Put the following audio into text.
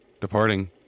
departing